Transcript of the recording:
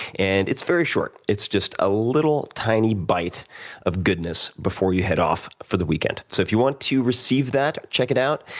and it's very short. it's just a little tiny bite of goodness before you head off for the weekend. so, if you want to receive that and check it out,